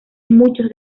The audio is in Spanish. muchos